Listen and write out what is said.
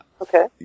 okay